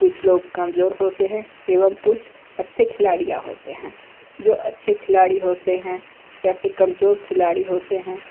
कुछ लोग कमजोर होते हैं एवं कुछ अच्छे खिलाड़ियाँ होते हैं जो अच्छे खिलाड़ी होते हैं या फिर कमजोर खिलाड़ी होते हैं